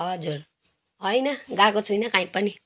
हजुर होइन गएको छुइनँ कहीँ पनि